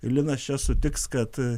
ir linas čia sutiks kad